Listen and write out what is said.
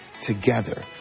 together